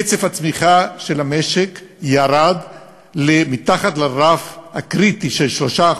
קצב הצמיחה של המשק ירד אל מתחת לרף הקריטי של 3%,